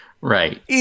Right